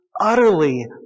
utterly